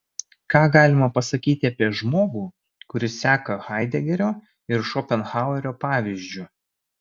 ką galima pasakyti apie žmogų kuris seka haidegerio ir šopenhauerio pavyzdžiu